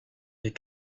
les